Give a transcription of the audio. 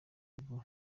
bihugu